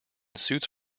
suits